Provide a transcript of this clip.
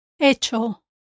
hecho